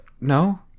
no